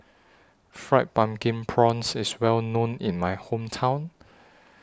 Fried Pumpkin Prawns IS Well known in My Hometown